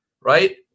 right